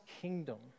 kingdom